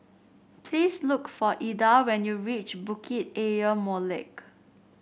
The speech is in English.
please look for Ilda when you reach Bukit Ayer Molek